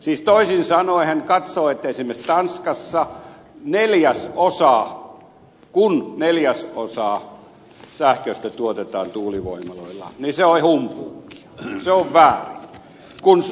siis toisin sanoen hän katsoo että esimerkiksi tanskassa kun neljäsosa sähköstä tuotetaan tuulivoimaloilla se on humpuukia se on väärin